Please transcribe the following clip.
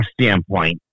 standpoint